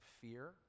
fear